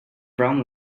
brown